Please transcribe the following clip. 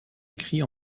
écrits